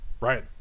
Ryan